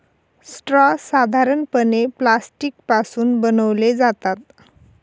straw साधारणपणे plastic पासून बनवले जातात